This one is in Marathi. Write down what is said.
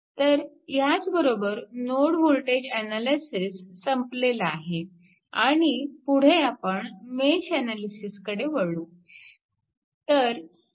तर ह्याचबरोबर नोड वोल्टेज अनालिसिस संपलेला आहे आणि पुढे आपण मेश अनालिसिसकडे वळू